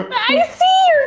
i see